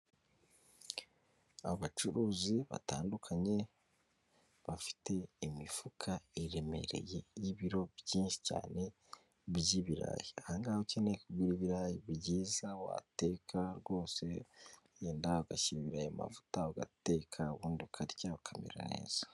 Abacuruzi batandukanye bafite imifuka iremereye y'ibiro byinshi cyane by'ibirayi, Aha ngaha ukeneye kugura ibirayi byiza wateka rwose yenda ugashyira mu mavuta ugateka ubundi ukarya ukamera neza.